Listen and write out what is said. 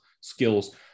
skills